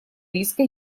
риска